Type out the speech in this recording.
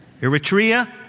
Eritrea